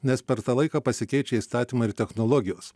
nes per tą laiką pasikeičia įstatymai ir technologijos